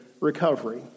Recovery